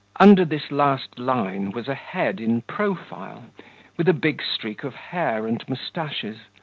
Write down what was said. under this last line was a head in profile with a big streak of hair and moustaches,